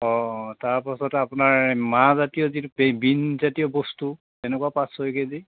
অঁ তাৰপাছতে আপোনাৰ মাহজাতীয় যিটো পীন বীন জাতীয় বস্তু এনেকুৱাও পাঁচ ছয় কেজি